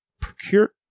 procured